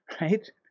right